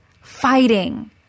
fighting